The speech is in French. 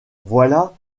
voilà